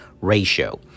ratio